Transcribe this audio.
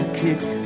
kick